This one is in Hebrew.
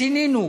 שינינו,